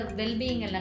well-being